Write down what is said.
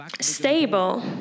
stable